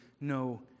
no